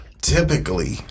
Typically